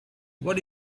what